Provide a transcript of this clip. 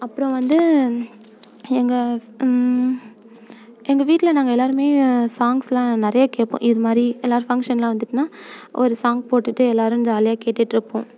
அப்புறம் வந்து எங்கள் எங்கள் வீட்டில் நாங்கள் எல்லோருமே சாங்ஸ்லாம் நிறைய கேட்போம் இது மாதிரி எல்லோரும் ஃபங்க்ஷன்லாம் வந்துட்னா ஒரு சாங் போட்டுகிட்டு எல்லோரும் ஜாலியாக கேட்டுட்ருப்போம்